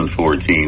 2014